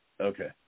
Okay